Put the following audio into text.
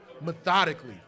methodically